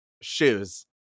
shoes